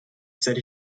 said